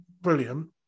Brilliant